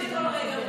חמש דקות לרשותך.